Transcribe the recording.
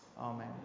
Amen